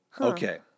Okay